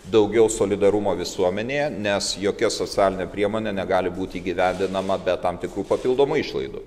daugiau solidarumo visuomenėje nes jokia socialinė priemonė negali būti įgyvendinama be tam tikrų papildomų išlaidų